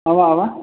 آ آ